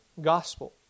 gospel